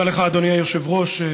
תודה לך, אדוני היושב-ראש.